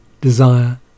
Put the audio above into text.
desire